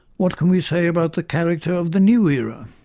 what can we say about the character of the new era?